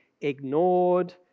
ignored